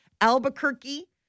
Albuquerque